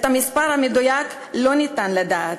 את המספר המדויק לא ניתן לדעת.